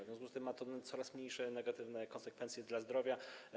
W związku z tym ma to coraz mniej negatywne konsekwencje dla zdrowia.